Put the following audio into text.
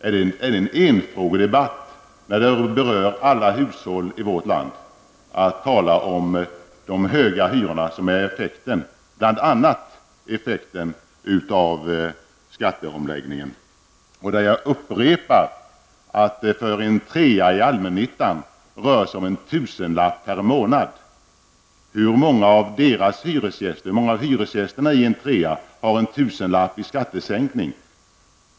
Är det en enfrågedebatt när den berör alla hushåll i vårt land att tala om de höga hyror som bl.a. är effekten av skatteomläggningen? För en trea i allmännyttan rör det sig om en tusenlapp per månad. Hur många av hyresgästerna i en trea får 1 000 kr. i skattesänkning?